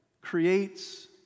creates